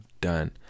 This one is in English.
done